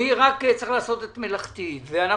עלינו לעשות מלאכתנו.